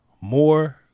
more